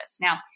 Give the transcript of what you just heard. now